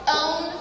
own